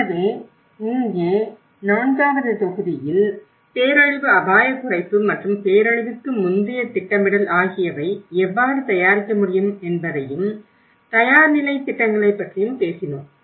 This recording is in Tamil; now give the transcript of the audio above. எனவே இங்கே நான்காவது தொகுதியில் பேரழிவு அபாயக் குறைப்பு மற்றும் பேரழிவுக்கு முந்தைய திட்டமிடல் ஆகியவை எவ்வாறு தயாரிக்க முடியும் என்பதையும் தயார்நிலை திட்டங்களைப் பற்றியும் பேசினோம்